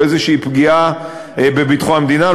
או איזו פגיעה בביטחון המדינה.